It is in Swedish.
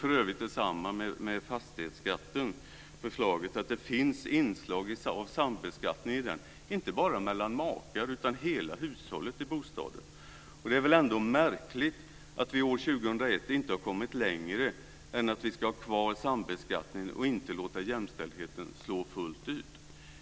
För övrigt gäller detsamma fastighetsskatten och det förslaget. Det finns inslag av sambeskattning där - inte bara mellan makar, utan det gäller hela hushållet i bostaden. Det är väl ändå märkligt att vi år 2001 inte har kommit längre än till att vi ska ha kvar sambeskattningen och inte låta jämställdheten slå fullt ut.